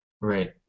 Right